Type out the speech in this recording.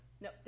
no